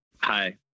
Hi